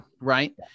Right